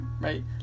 right